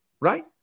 Right